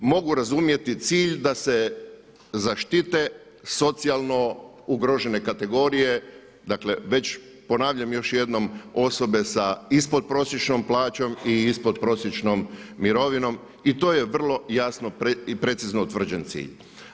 Mogu razumjeti cilj da se zaštite socijalno ugrožene kategorije, dakle već, ponavljam još jednom osobe sa ispodprosječnom plaćom i ispodprosječnom mirovinom i to je vrlo jasno i precizno utvrđen cilj.